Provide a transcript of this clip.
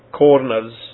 corners